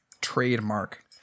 trademark